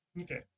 okay